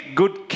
good